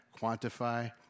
quantify